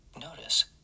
notice